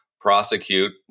prosecute